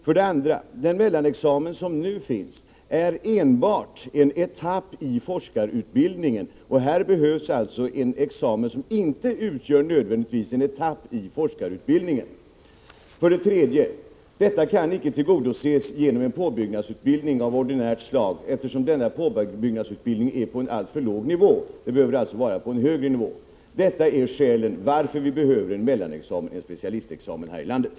För det andra: Den mellanexamen som nu finns är enbart en etapp i forskarutbildningen, och här behövs alltså en examen som inte nödvändigtvis utgör en etapp i forskarutbildningen. För det tredje: Detta kan icke tillgodoses genom en påbyggnadsutbildning av ordinärt slag, eftersom denna påbyggnadsutbildning ligger på en alltför låg nivå. Den behöver alltså ligga på en högre nivå. Detta är skälen till att vi behöver en mellanexamen, en specialistexamen, här i landet.